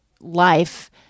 life